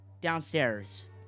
downstairs